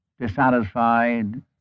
dissatisfied